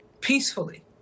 peacefully